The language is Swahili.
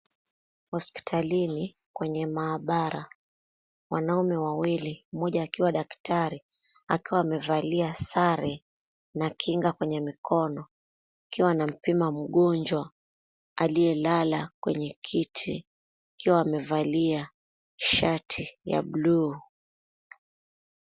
Hospitalini kwenye maabara, wanaume wawili mmoja akiwa daktari akiwa amevalia sare na kinga kwenye mikono akiwa anampima mgonjwa aliyelala kwenye kiti akiwa amevalia shati ya buluu.